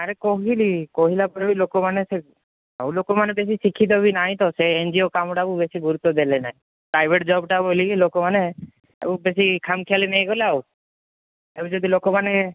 ଆରେ କହିଲି କହିଲା ପରେ ବି ଲୋକମାନେ ଲୋକମାନେ ବେଶୀ ଶିକ୍ଷିତ ବି ନାହିଁ ତ ସେ ଏନ୍ ଜି ଓ କାମଟାକୁ ବେଶୀ ଗୁରୁତ୍ଵ ଦେଲେ ନାହିଁ ପ୍ରାଇଭେଟ୍ ଜବ୍ଟା ବୋଲି ଲୋକମାନେ ବେଶୀ ଖାମ୍ଖିଆଲ ନେଇଗଲେ ଆଉ ଆଉ ଯଦି ଲୋକମାନେ